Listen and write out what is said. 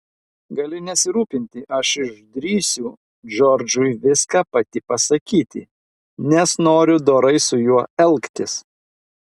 gali nesirūpinti aš išdrįsiu džordžui viską pati pasakyti nes noriu dorai su juo elgtis